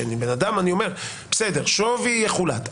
שאני אומר: שווי יחולט,